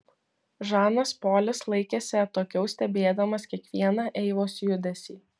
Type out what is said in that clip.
žanas polis laikėsi atokiau stebėdamas kiekvieną eivos judesį